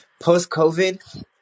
post-COVID